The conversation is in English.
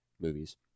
movies